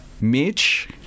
mitch